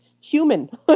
human